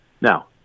Now